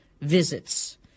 visits